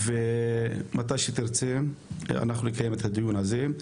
מתי שתרצה אנחנו נקיים את הדיון הזה.